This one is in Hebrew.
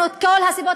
יש לנו את כל הסיבות,